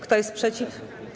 Kto jest przeciw?